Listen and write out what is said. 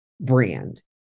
brand